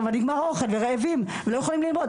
נגמר האוכל, רעבים, לא יכולים ללמוד.